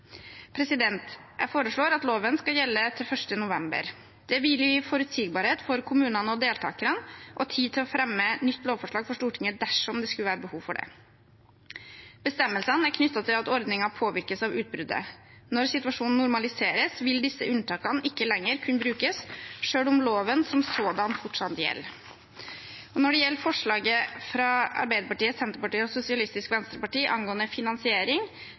Jeg foreslår at loven skal gjelde til 1. november. Det vil gi forutsigbarhet for kommunene og deltakerne og tid til å fremme nytt lovforslag for Stortinget dersom det skulle være behov for det. Bestemmelsene er knyttet til at ordningene påvirkes av utbruddet. Når situasjonen normaliseres, vil disse unntakene ikke lenger kunne brukes, selv om loven som sådan fortsatt gjelder. Når det gjelder forslaget fra Arbeiderpartiet, Senterpartiet og Sosialistisk Venstreparti angående finansiering,